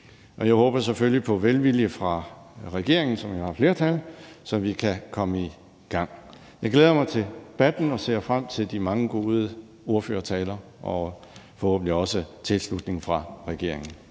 Jeg håber selvfølgelig på velvilje fra regeringen, som jo har flertal, så vi kan komme i gang. Jeg glæder mig til debatten og ser frem til de mange gode ordførertaler og forhåbentlig også tilslutning fra regeringen.